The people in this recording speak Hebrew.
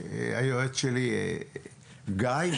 היועץ שלי גיא,